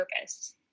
purpose